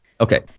Okay